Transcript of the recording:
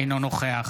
אינו נוכח